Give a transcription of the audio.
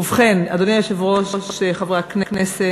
עברה בקריאה ראשונה,